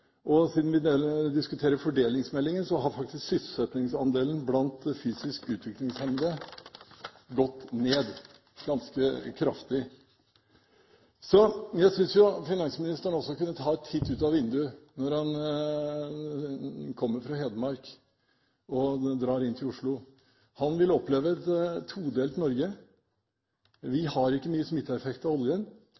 og siden vi diskuterer fordelingsmeldingen, har faktisk sysselsettingsandelen blant fysisk utviklingshemmede gått ganske kraftig ned. Jeg synes også finansministeren kunne ta en titt ut av vinduet når han kommer fra Hedmark til Oslo. Han vil oppleve et todelt Norge.